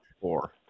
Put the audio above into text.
four